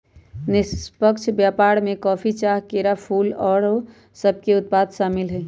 निष्पक्ष व्यापार में कॉफी, चाह, केरा, फूल, फल आउरो सभके उत्पाद सामिल हइ